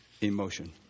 emotion